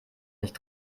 nicht